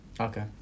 Okay